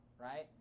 right